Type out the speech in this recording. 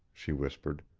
she whispered.